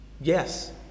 yes